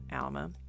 Alma